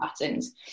patterns